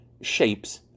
shapes